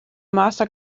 master